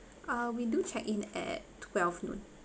uh we do check in at twelve noon